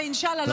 ואינשאללה,